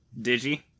digi